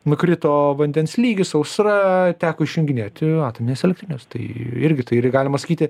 nukrito vandens lygis sausra teko išjunginėti atomines elektrines tai irgi tai irgi galima sakyti